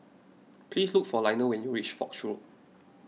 please look for Lionel when you reach Foch Road